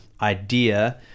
idea